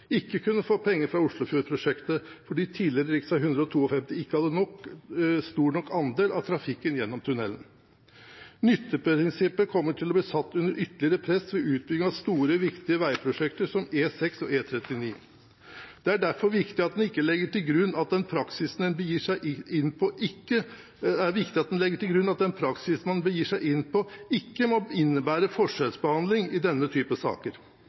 ikke kunne få penger fra Oslofjordprosjektet fordi tidligere rv. 152 ikke hadde stor nok andel av trafikken gjennom tunnelen. Nytteprinsippet kommer til å bli satt under ytterligere press ved utbygging av store, viktige veiprosjekter som E6 og E39. Det er derfor viktig at en legger til grunn at den praksisen en begir seg inn på, ikke må innebære en forskjellsbehandling i denne type saker.